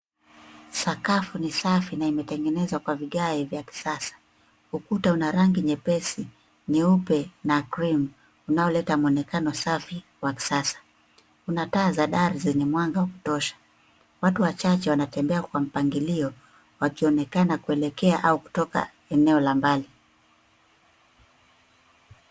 Sakafu ni safi na imetengenezwa kwa vigae vya kisasa. Ukuta una rangi nyepesi , nyeupe na krimu, unaoleta muonekano safi wa kisasa. Kuna taa za dari zenye mwanga wa kutosha. Watu wachache wanatembea kwa mpangilio wakionekana kuelekea au kutoka eneo la mbali.